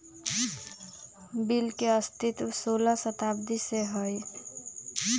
bill के अस्तित्व सोलह शताब्दी से हइ